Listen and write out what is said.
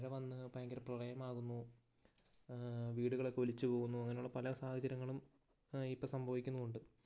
ഇപ്പോൾ മഴ വന്ന് ഭയങ്കര പ്രളയമാവുന്നു ആ വീടുകളൊക്കെ ഒലിച്ച് പോവുന്നു അങ്ങനെ ഉള്ള പല സാഹചര്യങ്ങളും ഇപ്പോൾ സംഭവിക്കുന്നുമുണ്ട്